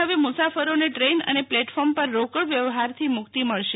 હવે મુસાફરાને દ્રેન અને પ્લેટફર્મ પર રાલ્ડ વ્યવહારથી મુક્તિ મળશે